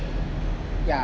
ya